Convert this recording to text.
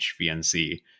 HVNC